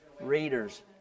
readers